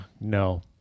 No